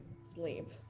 sleep